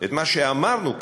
את מה שאמרנו כאן,